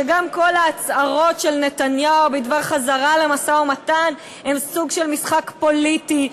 כשגם כל ההצהרות של נתניהו בדבר חזרה למשא-ומתן הן סוג של משחק פוליטי,